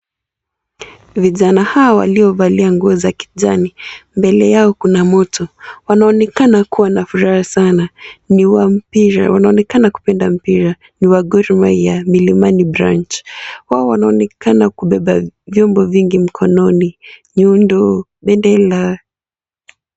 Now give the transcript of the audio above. Vijana hawa waliovalia nguo za kijani mbele yao kuna moto , wanaonekana kuwa na furaha sana ni wa mpira wanaonekana kupenda mpira ni wa Gor Mahia Milimani Branch . Hao wanaonekana kubeba vyombo vingi mkononi , nyundo bendera.